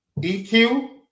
EQ